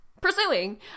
pursuing